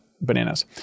bananas